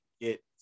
get